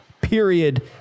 Period